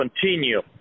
continue